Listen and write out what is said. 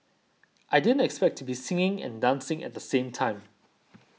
I didn't expect to be singing and dancing at the same time